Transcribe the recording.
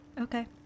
Okay